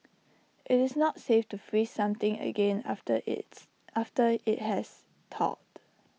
IT is not safe to freeze something again after its after IT has thawed